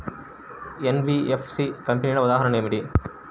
NBFC కంపెనీల ఉదాహరణ ఏమిటి?